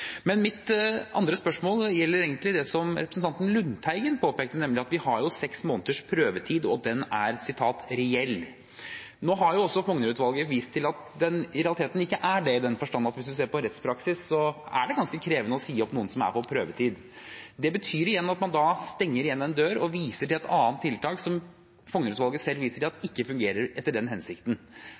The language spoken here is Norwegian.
Mitt andre spørsmål gjelder egentlig det som representanten Lundteigen påpekte, nemlig at vi har seks måneders prøvetid, og den er «reell». Nå har Fougner-utvalget vist til at den i realiteten ikke er det, i den forstand at hvis man ser på rettspraksis, er det ganske krevende å si opp noen som er på prøvetid. Det betyr igjen at man da stenger igjen en dør og viser til et annet tiltak, som Fougner-utvalget selv viser til ikke fungerer etter den hensikten.